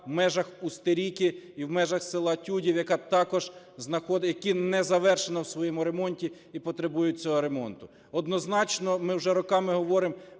в межах Устеріки і в межах села Тюдів, яка також… які не завершені в своєму ремонті і потребують цього ремонту. Однозначно, ми вже роками говоримо